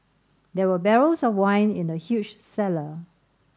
there were barrels of wine in the huge cellar